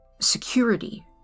security